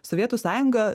sovietų sąjunga